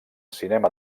cinema